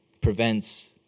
prevents